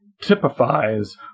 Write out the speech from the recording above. typifies